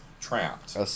trapped